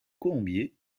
colombier